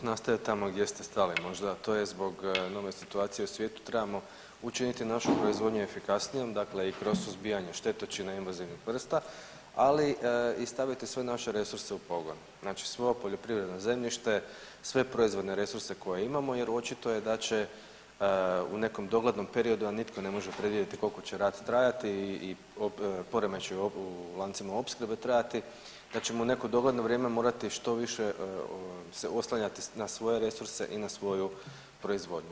Upravo bih nastavio tamo gdje ste stali, možda, to je zbog nove situacije u svijetu, trebamo učiniti našu proizvodnju efikasnijom, dakle i kroz suzbijanja štetočina invazivnih vrsta, ali i staviti sve naše resurse u pogon, znači svo poljoprivredno zemljište, sve proizvodne resurse koje imamo jer očito je da će u nekom doglednom periodu, a nitko ne može predvidjeti koliko će rat trajati i poremećaji u lancima opskrbe trajati, kad ćemo u neko dogledno vrijeme morati što više se oslanjati na svoje resurse i na svoju proizvodnju.